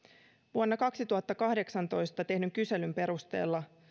vuonna kaksituhattakahdeksantoista tehdyn kyselyn perusteella